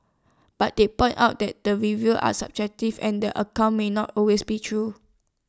but they pointed out that the reviews are subjective and the accounts may not always be true